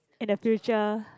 in the future